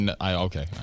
Okay